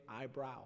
eyebrow